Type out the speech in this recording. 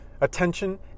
attention